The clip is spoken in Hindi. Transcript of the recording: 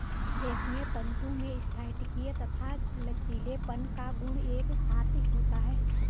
रेशमी तंतु में स्फटिकीय तथा लचीलेपन का गुण एक साथ होता है